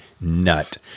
nut